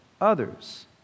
others